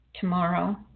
tomorrow